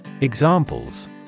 Examples